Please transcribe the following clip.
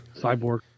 Cyborg